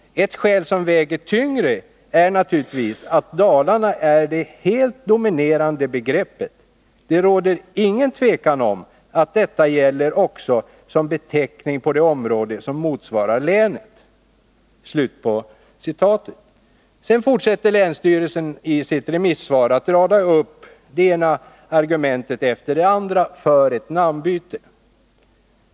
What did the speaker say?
Ett skäl som väger tyngre är naturligtvis att Dalarna är det helt dominerande begreppet. Det råder ingen tvekan om att detta gäller också som beteckning på det område som motsvarar länet.” Sedan fortsätter länsstyrelsen i sitt remissvar att rada upp det ena argumentet efter det andra för ett namnbyte.